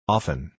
Often